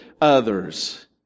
others